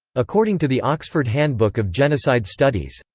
according to the oxford handbook of genocide studies,